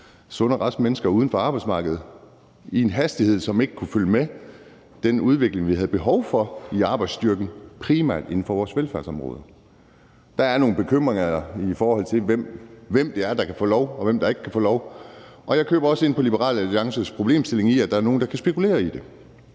sunde og raske mennesker uden for arbejdsmarkedet med en hastighed, som ikke kan følge med den udvikling, man har behov for i arbejdsstyrken, primært inden for velfærdsområderne. Der er nogle bekymringer i forhold til, hvem der kan få lov, og hvem der ikke kan få lov, og jeg køber også ind på Liberal Alliances problemstilling med, at der simpelt hen er nogle, der kan spekulere i det